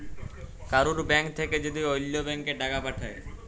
কারুর ব্যাঙ্ক থাক্যে যদি ওল্য ব্যাংকে টাকা পাঠায়